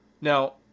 Now